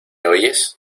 oyes